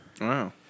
Wow